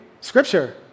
scripture